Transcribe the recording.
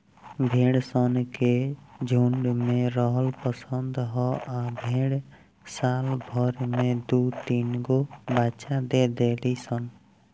भेड़ सन के झुण्ड में रहल पसंद ह आ भेड़ साल भर में दु तीनगो बच्चा दे देली सन